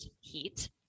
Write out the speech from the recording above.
heat